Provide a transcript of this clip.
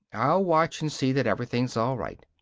i'll watch and see that everything's all right.